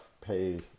pay